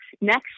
Next